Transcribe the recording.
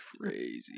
crazy